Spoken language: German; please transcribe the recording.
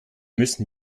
müssen